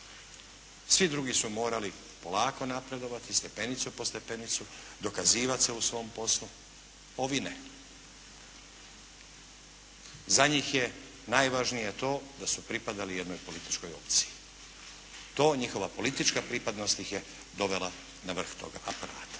Svi drugi su morali polako napredovati stepenicu po stepenicu, dokazivati se u svom poslu. Ovi ne. Za njih je najvažnije to da su pripadali jednoj političkoj opciji. To njihova politička pripadnost ih je dovela na vrh toga aparata.